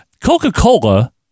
Coca-Cola